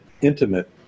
intimate